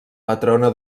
patrona